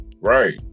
Right